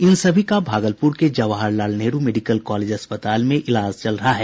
इन सभी का भागलपुर के जवाहरलाल नेहरू मेडिकल कॉलेज अस्पताल में इलाज चल रहा है